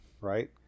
Right